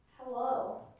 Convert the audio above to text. Hello